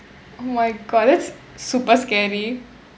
oh my god that's super scary